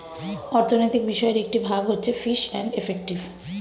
অর্থনৈতিক বিষয়ের একটি ভাগ হচ্ছে ফিস এন্ড ইফেক্টিভ